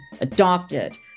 adopted